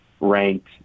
ranked